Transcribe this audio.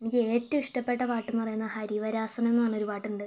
എനിക്ക് ഏറ്റവും ഇഷ്ടപ്പെട്ട പാട്ട് എന്ന് പറയുന്നത് ഹരിവരാസനം എന്ന് പറയുന്ന ഒരു പാട്ടുണ്ട്